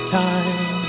time